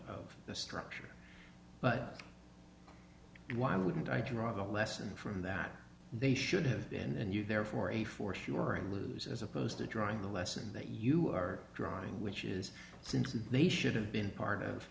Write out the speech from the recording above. of the structure but why wouldn't i drive a lesson from that they should have been there for a for sure and lose as opposed to drawing the lesson that you are drawing which is since they should have been part of